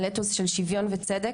על אתוס של שוויון וצדק,